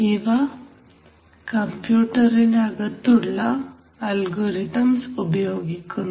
ഇവയെ കമ്പ്യൂട്ടറിനു അകത്തുള്ള അൽഗോരിതംസ് ഉപയോഗിക്കുന്നു